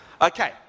Okay